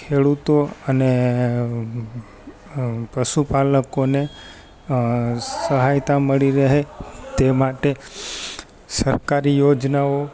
ખેડુતો અને પશુપાલકોને સહાયતા મળી રહે તે માટે સરકારી યોજનાઓ